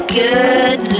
good